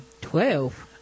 Twelve